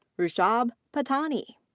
rushabh patani.